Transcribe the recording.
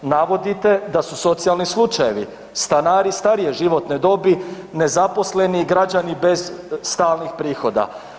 Navodite da su socijalni slučajevi, stanari starije životne dobi, nezaposleni, građani bez stalnih prihoda.